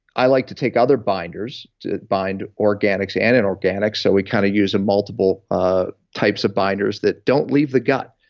i like to take other binders to bind organics and and inorganics, so we kind of use multiple ah types of binders that don't leave the gut,